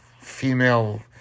female